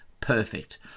Perfect